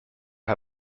how